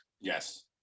Yes